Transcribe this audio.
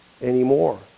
anymore